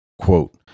quote